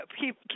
keep